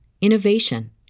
innovation